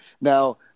Now